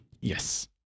Yes